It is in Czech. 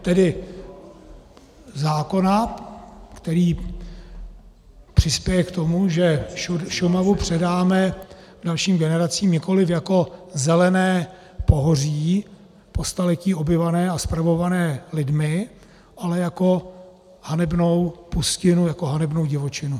Tedy zákona, který přispěje k tomu, že Šumavu předáme dalším generacím nikoliv jako zelené pohoří po staletí obývané a spravované lidmi, ale jako hanebnou pustinu, jako hanebnou divočinu.